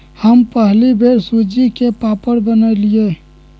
हम पहिल बेर सूज्ज़ी के पापड़ बनलियइ